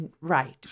Right